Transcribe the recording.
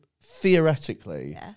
theoretically